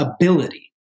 ability